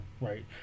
right